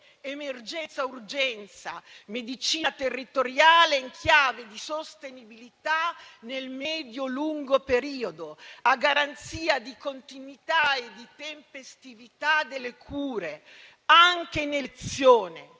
emergenza-urgenza e medicina territoriale in chiave di sostenibilità nel medio-lungo periodo, a garanzia di continuità e di tempestività delle cure, anche in elezione,